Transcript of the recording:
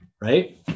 right